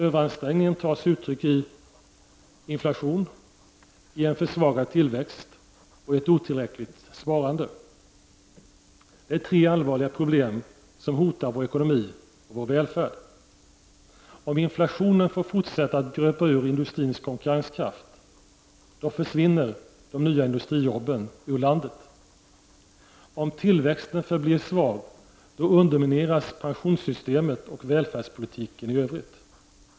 Överansträngningen tar sig nu uttryck i inflation, en försvagad tillväxt, ett otillräckligt sparande. Det är tre allvarliga problem som hotar vår välfärd och ekonomi. Om inflationen får fortsätta att gröpa ur industrins konkurrenskraft, då försvinner de nya industrijobben ur landet. Om tillväxten förblir svag, då undermineras pensionssystemet och välfärdspolitiken i övrigt.